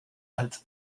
als